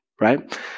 Right